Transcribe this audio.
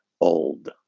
old